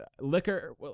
Liquor